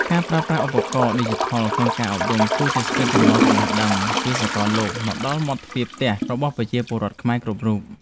ការប្រើប្រាស់ឧបករណ៍ឌីជីថលក្នុងការអប់រំ គឺជាស្ពានចម្លងចំណេះដឹងពីសកលលោកមកដល់មាត់ទ្វារផ្ទះរបស់ប្រជាពលរដ្ឋខ្មែរគ្រប់រូប។